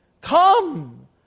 come